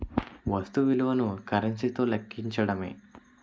వస్తు విలువను కరెన్సీ తో లెక్కించడమే